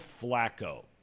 Flacco